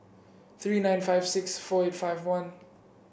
three nine five six four eight five one